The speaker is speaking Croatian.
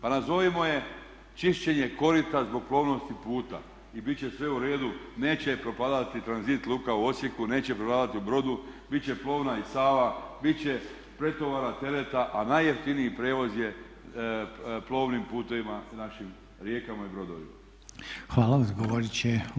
Pa nazovimo je čišćenje korita zbog plovnosti puta i bit će sve u redu, neće propadati Tranzit luka u Osijeku, neće propadati u Brodu, bit će plovna i Sava, bit će pretovara tereta, a najjeftiniji prijevoz je plovnim putevima našim rijekama i brodovima.